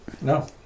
No